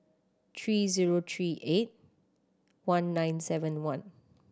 three zero three eight one nine seven one